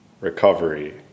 recovery